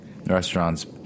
Restaurants